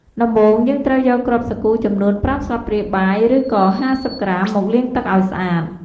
ដំបូងយើងត្រូវយកគ្រាប់សាគូចំនួន ៥ស្លាបព្រាបាយ ឬក៏៥០ក្រាមមកលាងទឹកឱ្យស្អាត។